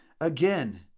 Again